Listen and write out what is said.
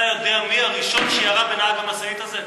אתה יודע מי הראשון שירה בנהג המשאית הזה?